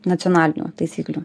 nacionalinių taisyklių